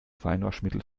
feinwaschmittel